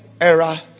era